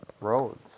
roads